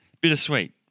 bittersweet